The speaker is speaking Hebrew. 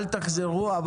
תנסו לא לחזור עליהם.